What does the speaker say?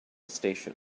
station